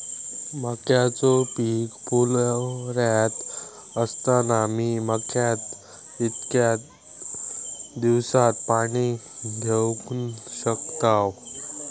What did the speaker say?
मक्याचो पीक फुलोऱ्यात असताना मी मक्याक कितक्या दिवसात पाणी देऊक शकताव?